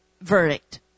verdict